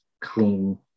clean